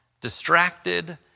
distracted